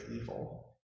evil